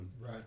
Right